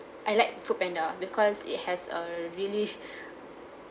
I like foodpanda because it has a really